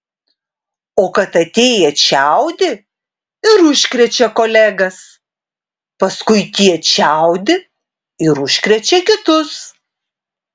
o kad atėję čiaudi ir užkrečia kolegas paskui tie čiaudi ir užkrečia kitus